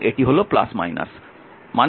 এবং এটি হল